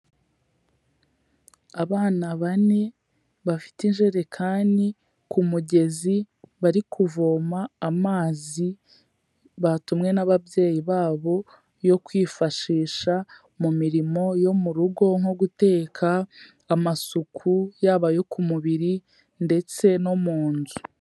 Abana bane, bafite ijerekani ku mugezi, bari kuvoma amazi batumwe n'ababyeyi babo yo kwifashisha mu mirimo yo mu rugo nko guteka, amasuku yaba ayo ku mubiri ndetse no mu nzu.